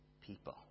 people